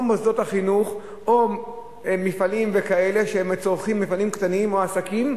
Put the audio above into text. או מוסדות החינוך או מפעלים קטנים או עסקים,